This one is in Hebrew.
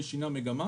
מי שינה מגמה,